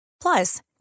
Plus